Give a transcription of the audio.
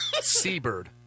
seabird